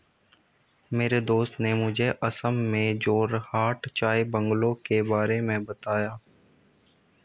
मेरे दोस्त ने मुझे असम में जोरहाट चाय बंगलों के बारे में बताया